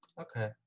okay